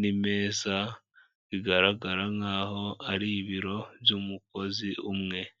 n'imeza, bigaragara nk'aho ari ibiro by'umukozi umwe.